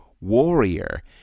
Warrior